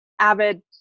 avid